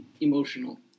emotional